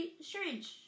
strange